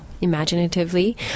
imaginatively